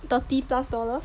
thirty plus dollars